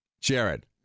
Jared